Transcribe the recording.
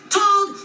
told